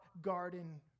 garden